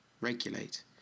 Regulate